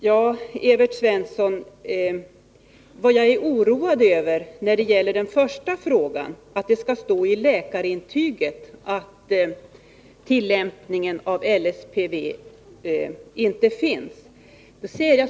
När det gäller den första frågan, Evert Svensson, är jag oroad över att det skall stå i läkarintyget att skäl för tillämpning av LSPV inte finns.